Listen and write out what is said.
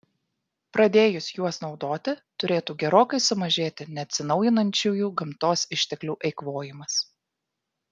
pradėjus juos naudoti turėtų gerokai sumažėti neatsinaujinančiųjų gamtos išteklių eikvojimas